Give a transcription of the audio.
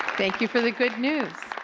thank you, for the good news.